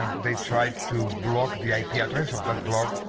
they tried to block the ip yeah address of the blog.